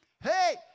hey